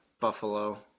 Buffalo